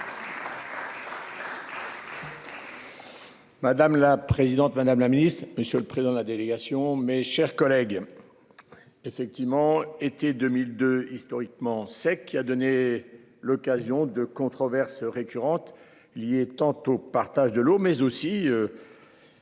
Madame la présidente, madame la Ministre, Monsieur le président de la délégation, mes chers collègues. Effectivement été 2002 historiquement sec qui a donné l'occasion de controverses récurrentes liées tantôt partage de l'eau mais aussi.